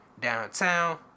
Downtown